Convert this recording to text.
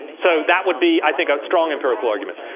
so that would be, i think a strong empirical argument.